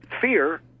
fear